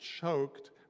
choked